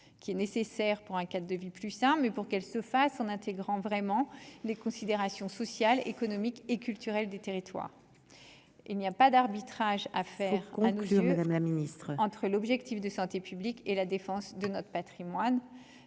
qui est nécessaire pour un cadre de vie plus sain, mais pour qu'elle se fasse en intégrant vraiment les considérations sociales, économiques et culturelles des territoires, il n'y a pas d'arbitrage à faire concurrence, Madame la Ministre, entre l'objectif de santé publique et la défense de notre Patrimoine,